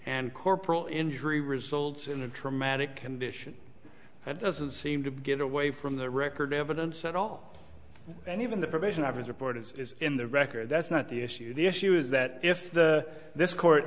and corporal injury results in a traumatic condition that doesn't seem to get away from the record evidence at all and even the provision of his report is in the record that's not the issue the issue is that if this court